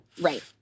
right